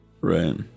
Right